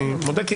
אני מודה,